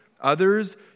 Others